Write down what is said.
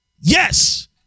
Yes